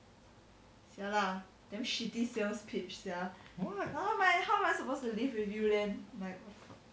what